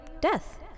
death